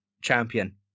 Champion